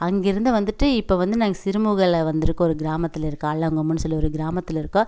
அங்கேருந்து வந்துட்டு இப்போ வந்து நாங்கள் சிறுமுகலை வந்துருக்கோம் ஒரு கிராமத்தில் இருக்கற ஆலங்கொம்முன்னு சொல்லி ஒரு கிராமத்தில் இருக்கோம்